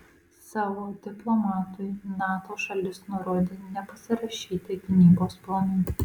savo diplomatui nato šalis nurodė nepasirašyti gynybos planų